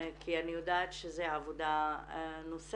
כי אני יודעת שזו עבודה נוספת,